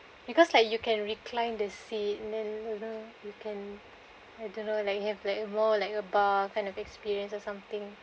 because like you can recline the seat and then don't know you can I don't know like you have like a more like a bar kind of experience or something